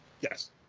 Yes